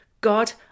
God